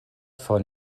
von